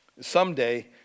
Someday